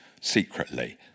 secretly